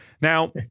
Now